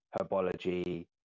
herbology